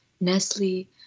Nestle